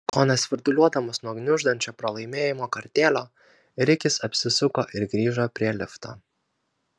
kone svirduliuodamas nuo gniuždančio pralaimėjimo kartėlio rikis apsisuko ir grįžo prie lifto